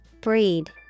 Breed